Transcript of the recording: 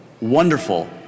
wonderful